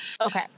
Okay